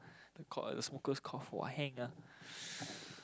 the co~ the smokers cough !wah! hang ah